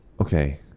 Okay